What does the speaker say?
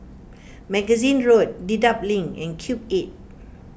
Magazine Road Dedap Link and Cube eight